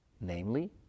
Namely